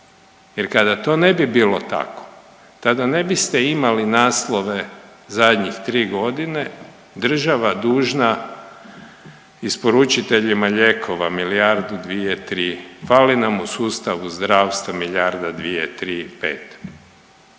jer kada to ne bi bilo tako tada ne biste imali naslove zadnjih 3.g. država dužna isporučiteljima lijekova milijardu, dvije, tri, fali nam u sustavu zdravstva milijarda,